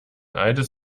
altes